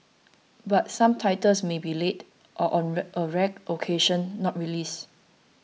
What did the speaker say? but some titles may be late or on a a rare occasion not released